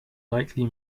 likely